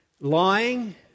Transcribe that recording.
Lying